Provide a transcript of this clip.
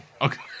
okay